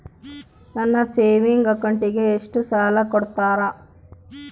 ನನ್ನ ಸೇವಿಂಗ್ ಅಕೌಂಟಿಗೆ ಎಷ್ಟು ಸಾಲ ಕೊಡ್ತಾರ?